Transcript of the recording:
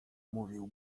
mówił